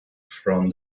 from